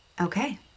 Okay